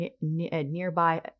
nearby